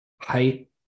height